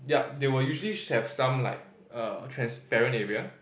yup they would usually have some like err transparent area